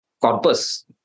corpus